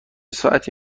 ساعتی